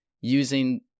using